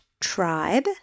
tribe